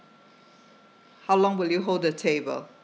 how long will you hold the table